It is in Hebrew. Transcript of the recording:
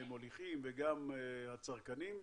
מוליכים וגם הצרכנים,